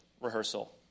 rehearsal